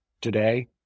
today